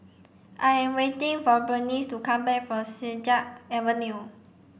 I am waiting for Burnice to come back from Siglap Avenue